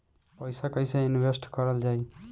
पैसा कईसे इनवेस्ट करल जाई?